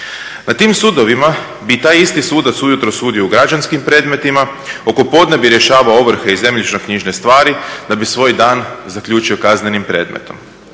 Na tim sudovima bi taj isti sudac ujutro sudio u građanskim predmetima, oko podne bi rješavao ovrhe i zemljišnoknjižne stvari, da bi svoj dan zaključio kaznenim predmetom.